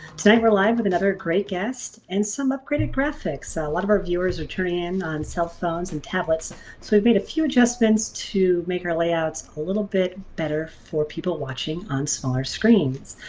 tonight we're live with another great guest and some upgraded graphics. a lot of our viewers are turning in on cell phones and tablets so we've made a few adjustments to make our layouts a little bit better for people watching on smaller screens.